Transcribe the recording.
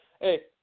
Hey